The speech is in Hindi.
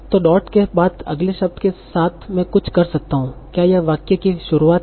तों डॉट के बाद अगले शब्द के साथ में कुछ कर सकता हूं क्या यह वाक्य की शुरुआत है